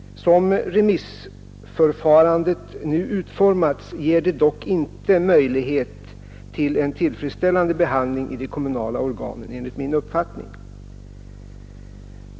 Som remissförfarandet utformats ger det dock enligt min uppfattning inte möjlighet till en tillfredsställande behandling i de kommunala organen.